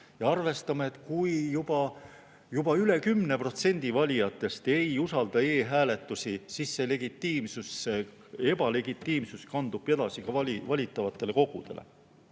arvestame, et kui juba üle 10% valijatest ei usalda e-hääletusi, siis see ebalegitiimsus kandub edasi ka valitavatele kogudele.